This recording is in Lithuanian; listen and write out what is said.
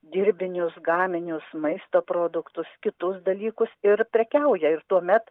dirbinius gaminius maisto produktus kitus dalykus ir prekiauja ir tuomet